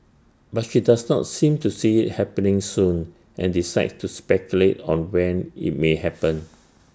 but she does not seem to see IT happening soon and declines to speculate on when IT may happen